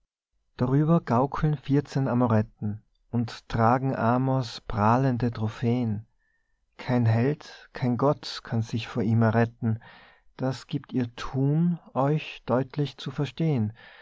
darüber gaukeln vierzehn amoretten und tragen amors prahlende trophä'n kein held kein gott kann sich vor ihm erretten das giebt ihr thun euch deutlich zu verstehn